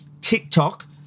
TikTok